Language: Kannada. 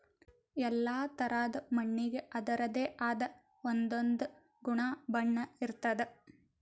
ಎಲ್ಲಾ ಥರಾದ್ ಮಣ್ಣಿಗ್ ಅದರದೇ ಆದ್ ಒಂದೊಂದ್ ಗುಣ ಬಣ್ಣ ಇರ್ತದ್